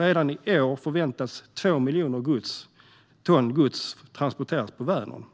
Redan i år förväntas 2 miljoner ton gods transporteras på Vänern.